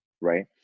right